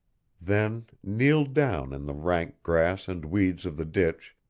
then kneeled down in the rank grass and weeds of the ditch,